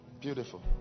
Beautiful